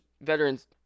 veterans